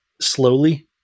slowly